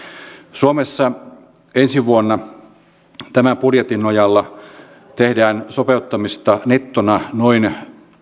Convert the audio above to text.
suomessa ensi vuonna tämän budjetin nojalla tehdään sopeuttamista nettona noin